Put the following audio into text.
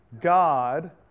God